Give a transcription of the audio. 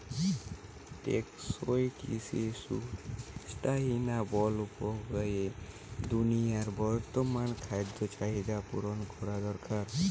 টেকসই কৃষি সুস্টাইনাবল উপায়ে দুনিয়ার বর্তমান খাদ্য চাহিদা পূরণ করা দরকার